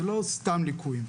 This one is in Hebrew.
זה לא סתם ליקויים.